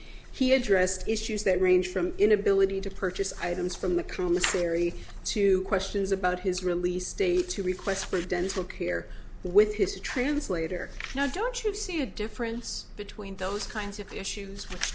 he addressed issues that range from inability to purchase items from the commissary to questions about his release date to requests for dental care with his translator now don't you see a difference between those kinds of issues w